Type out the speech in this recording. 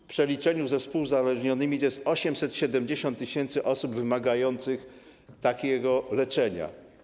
W przeliczeniu ze współuzależnionymi to 870 tys. osób wymagających takiego leczenia.